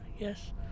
Yes